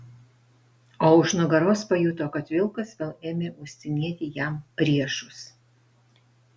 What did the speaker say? o už nugaros pajuto kad vilkas vėl ėmė uostinėti jam riešus